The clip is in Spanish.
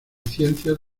ciencias